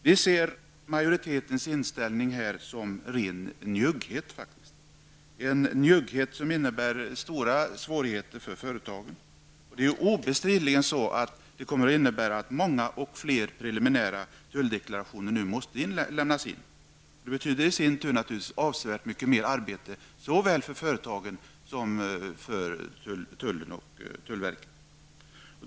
Vi ser majoritetens inställning här som ren njugghet. Det är en njugghet som innebär stora svårigheter för företagen. Det kommer obestridligen att medföra att fler preliminära tulldeklarationer måste lämnas in. Det betyder naturligtvis i sin tur avsevärt mycket mer arbete såväl för företagen som för tullverket.